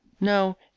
no